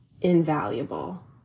invaluable